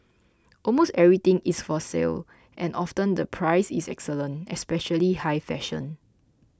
almost everything is for sale and often the price is excellent especially high fashion